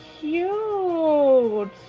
cute